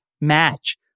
match